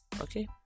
okay